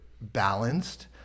balanced